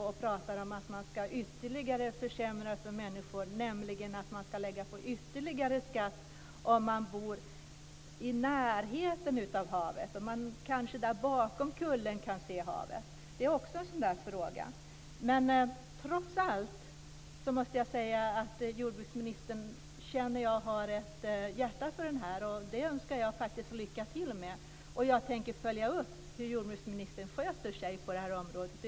Man talar om att man ytterligare ska försämra för människor genom att lägga på ytterligare skatt för dem som bor i närheten av havet, som kanske kan se havet bakom en kulle. Trots allt måste jag säga att jag känner att jordbruksministern har ett hjärta för det här. Det önskar jag lycka till med. Och jag tänker följa upp hur jordbruksministern sköter sig på detta område.